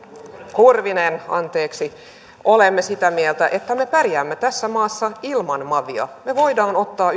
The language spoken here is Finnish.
kurvinen olemme sitä mieltä että me pärjäämme tässä maassa ilman mavia me voimme ottaa